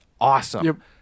awesome